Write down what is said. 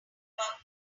about